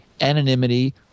anonymity